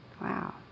Wow